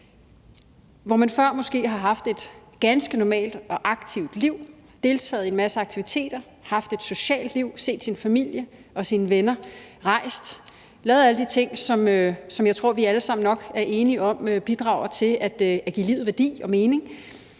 Hvor man før måske har haft et ganske normalt og aktivt liv – deltaget i en masse aktiviteter, haft et socialt liv, set sin familie og sine venner, rejst og lavet alle de ting, som jeg tror vi alle sammen nok er enige om bidrager til at give livet værdi og mening